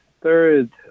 third